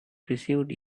perceived